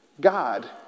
God